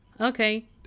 Okay